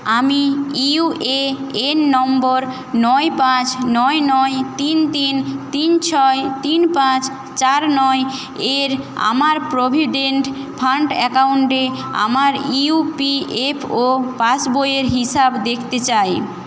আমি UAN number নয় পাঁচ নয় নয় তিন তিন তিন ছয় তিন পাঁচ চার নয়ের আমার প্রভিডেন্ট ফান্ড অ্যাকাউন্টে আমার ইউপিএফও পাসবইয়ের হিসেব দেখতে চাই